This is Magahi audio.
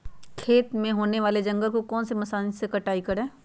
खेत में होने वाले जंगल को कौन से मशीन से कटाई करें?